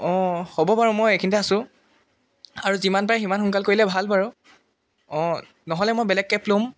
অঁ হ'ব বাৰু মই এইখিনতে আছোঁ আৰু যিমান পাৰে সিমান সোনকাল কৰিলে ভাল বাৰু অঁ নহ'লে মই বেলেগ কেব ল'ম